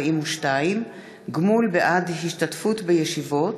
142) (גמול בעד השתתפות בישיבות